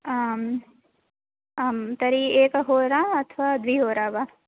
आम् आं तर्हि एकहोरा अथवा द्विहोरा वा